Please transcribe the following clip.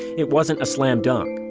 it wasn't a slam dunk.